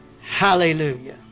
Hallelujah